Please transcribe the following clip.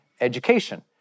education